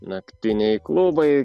naktiniai klubai